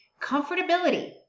comfortability